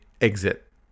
exit